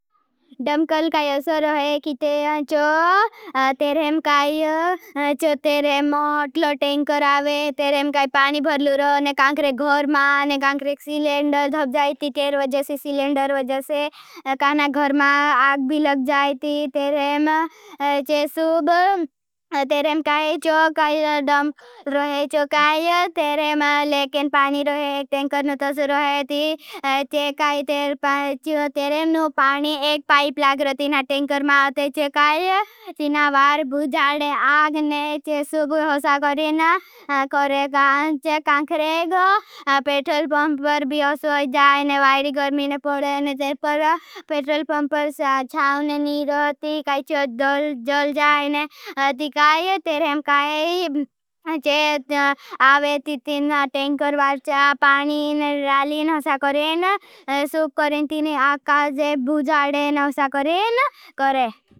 डम कल काई असर है। कि ते अंचो तेरेम काई चो तेरेम मोटलो टेंकर आवे। तेरेम काई पानी भरलूरो ने कांक्रेक घोर मा ने कांक्रेक सीलेंडर धभ जायती। तेर वजजसे सीलेंडर वजजसे काना घर मा आग भी लग जायती। तेरेम चे सूब तेरेम काई चो काई डम रहे। चो काई तेरेम लेकेन पानी रहे टेंकर नो तो सुरहेती तेरेम नो पानी एक पाइप लाग रथी। ना टेंकर मा अते चे काई तीना वार भुजाडे आग ने चे सूब होसा करेना। कोरे कांक्रेक तो पेटरल पम्पर भी अउसोझाय ने वाएरी गर्मी ने पड़े ने तेर पर पेटरल पम्पर बीशाव ने नीड थी खाई। चोड़ जल जाएने ति काई तेरेम काई काई। चे आवे तीना टेंकर भााचा पाणी ने रालेन होसा करेन। ना सुब करेन तीन आग काजे बुजाडे नवसा करें न करें।